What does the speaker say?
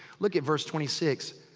look at verse twenty six.